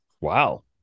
Wow